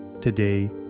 Today